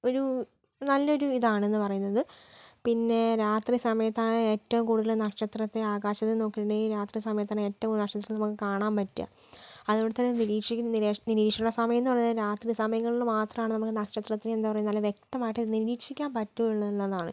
ഒരു നല്ലൊരു ഇതാണെന്ന് പറയുന്നത് പിന്നെ രാത്രി സമയത്താണ് ഏറ്റോം കൂടുതൽ നക്ഷത്രത്തെ ആകാശത്ത് നോക്കീട്ടുണ്ടെങ്കിൽ രാത്രി സമയത്താണ് ഏറ്റോം കൂടുതൽ നക്ഷത്രത്തെ നമുക്ക് കാണാൻ പറ്റുക അതുകൊണ്ടുതന്നെ നിരീക്ഷിക്കുന്ന നിരീക്ഷണ സമയമെന്ന് പറയുന്നത് രാത്രി സമയങ്ങളിൽ മാത്രമാണ് നമുക്ക് നക്ഷത്രത്തെ നല്ല വ്യക്തമായിട്ട് നിരീക്ഷിക്കാൻ പറ്റുമെന്നുള്ളതാണ്